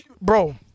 bro